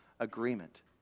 agreement